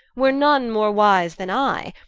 were none more wise then i,